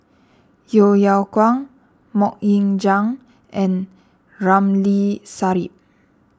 Yeo Yeow Kwang Mok Ying Jang and Ramli Sarip